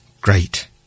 great